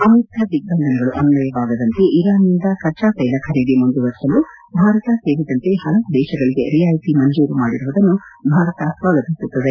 America ದಿಗ್ಗಂಧನಗಳು ಅನ್ವಯವಾಗದಂತೆ ಇರಾನ್ನಿಂದ ಕಚ್ಚಾಕ್ಷೆಲ ಖರೀದಿ ಮುಂದುವರಿಸಲು ಭಾರತ ಸೇರಿದಂತೆ ಪಲವು ದೇಶಗಳಿಗೆ ರಿಯಾಯಿತಿ ಮಂಜೂರು ಮಾಡಿರುವುದನ್ನು ಭಾರತ ಸ್ವಾಗತಿಸುತ್ತದೆ